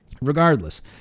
Regardless